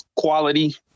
Quality